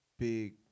Big